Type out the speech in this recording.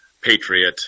Patriot